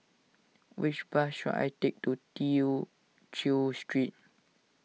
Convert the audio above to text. which bus should I take to Tew Chew Street